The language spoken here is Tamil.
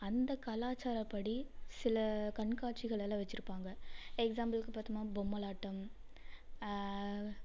அந்த கலாச்சாரப்படி சில கண்காட்சிகள் எல்லாம் வெச்சுருப்பாங்க எக்ஸாம்புலுக்கு பார்த்தோமா பொம்மலாட்டம்